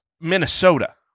Minnesota